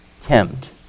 tempt